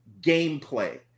gameplay